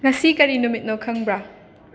ꯉꯁꯤ ꯀꯔꯤ ꯅꯨꯃꯤꯠꯅꯣ ꯈꯪꯕ꯭ꯔꯥ